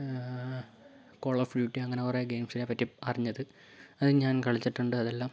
call of Duty അങ്ങനെ കുറേ ഗെയിമിനെപ്പറ്റി അറിഞ്ഞത് അത് ഞാൻ കളിച്ചിട്ടുണ്ട് അതെല്ലാം